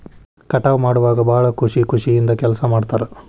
ಕಟಾವ ಮಾಡುವಾಗ ಭಾಳ ಖುಷಿ ಖುಷಿಯಿಂದ ಕೆಲಸಾ ಮಾಡ್ತಾರ